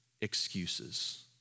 excuses